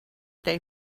day